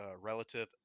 relative